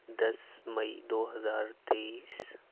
دس مئی دو ہزار تئیس